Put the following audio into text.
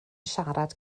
siarad